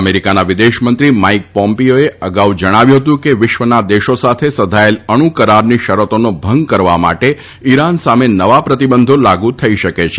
અમેરિકાના વિદેશમંત્રી માઇક પોમ્પીઓએ અગાઉ જણાવ્યું હતું કે વિશ્વના દેશો સાથે સધાયેલા અણુ કરારની શરતોનો ભંગ કરવા માટે ઇરાન સામે નવા પ્રતિબંધો લાગુ થઈ શકે છે